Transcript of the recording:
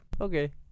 Okay